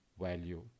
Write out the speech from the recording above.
value